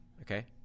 Okay